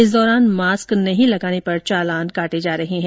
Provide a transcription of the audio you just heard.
इस दौरान मास्क नहीं लगाने पर चालान काटे जा रहे हैं